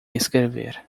escrever